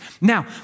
Now